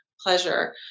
pleasure